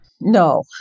No